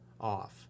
off